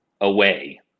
away